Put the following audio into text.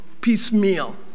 piecemeal